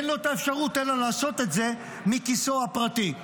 אין לו את האפשרות אלא לעשות את זה מכיסו הפרטי.